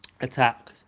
attack